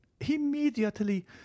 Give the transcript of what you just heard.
Immediately